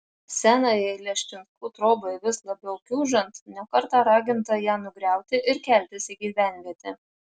senajai leščinskų trobai vis labiau kiūžtant ne kartą raginta ją nugriauti ir keltis į gyvenvietę